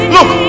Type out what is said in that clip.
Look